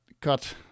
cut